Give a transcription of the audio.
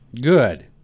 Good